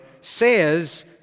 says